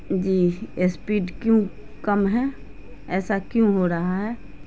جی speed کیوں کم ہے ایسا کیوں ہو رہا ہے